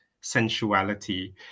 sensuality